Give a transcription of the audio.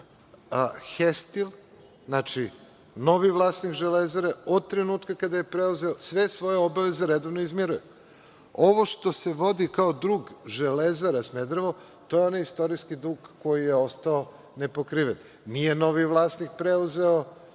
„Hestil“, znači novi vlasnik železara, od trenutka kada je preuzeo sve svoje obaveze redovno izmiruje. Ovo što se vodi kao dug Železare Smederevo to je onaj istorijski dug koji je ostao nepokriven. Nije novi vlasnik preuzeo